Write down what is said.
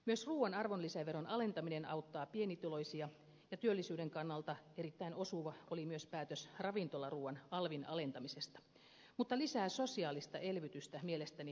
myös ruuan arvonlisäveron alentaminen auttaa pienituloisia ja työllisyyden kannalta erittäin osuva oli myös päätös ravintolaruuan alvin alentamisesta mutta lisää sosiaalista elvytystä mielestäni tarvitaan